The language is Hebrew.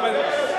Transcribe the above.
חבר הכנסת מולה.